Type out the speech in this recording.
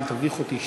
אל תביך אותי.